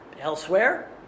elsewhere